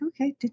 okay